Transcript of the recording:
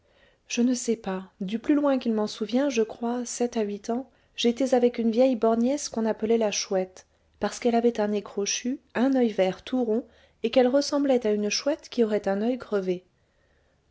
je ne sais pas du plus loin qu'il m'en souvient je crois sept à huit ans j'étais avec une vieille borgnesse qu'on appelait la chouette parce qu'elle avait un nez crochu un oeil vert tout rond et qu'elle ressemblait à une chouette qui aurait un oeil crevé